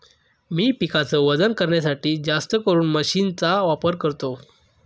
मी पिकाच वजन करण्यासाठी जास्तकरून मशीन चा वापर करतो